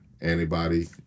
antibody